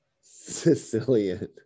Sicilian